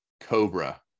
Cobra